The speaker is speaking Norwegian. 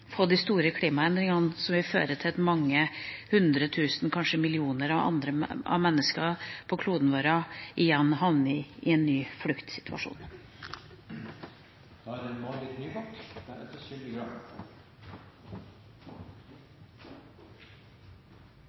få de store klimaendringene som vil føre til at mange hundre tusen – kanskje millioner – mennesker på kloden vår igjen havner i en ny